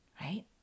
right